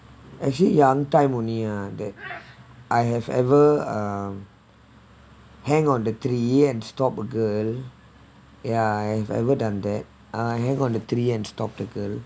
actually young time only ah that I have ever um hang on the tree and stalk a girl ya I've ever done that I hang on the tree and stalked the girl